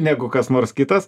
negu kas nors kitas